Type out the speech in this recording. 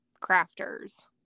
crafters